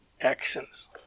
actions